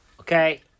Okay